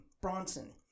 Bronson